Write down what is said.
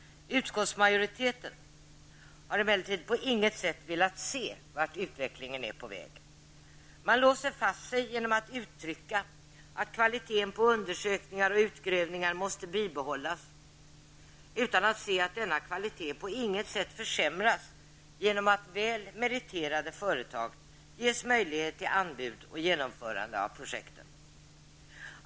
Utskottsmajoriteten har emellertid på intet sätt velat se vart utvecklingen är på väg. Man låser fast sig genom att uttrycka att kvaliteten på undersökningar och utgrävningar måste bibehållas, utan att se att denna kvalitet på intet sätt försämras genom att väl meriterade företag ges möjlighet till anbud och genomförande av projekten.